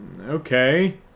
okay